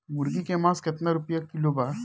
मुर्गी के मांस केतना रुपया किलो बा?